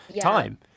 time